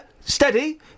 steady